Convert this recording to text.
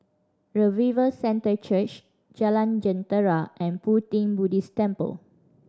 Revival Centre Church Jalan Jentera and Pu Ti Buddhist Temple